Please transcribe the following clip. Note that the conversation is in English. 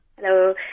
Hello